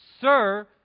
Sir